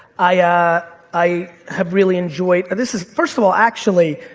i ah i have really enjoyed, and this is, first of all, actually,